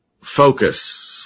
focus